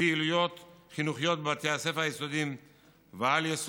פעילויות חינוכיות בבתי הספר היסודיים והעל-יסודיים,